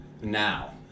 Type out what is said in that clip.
now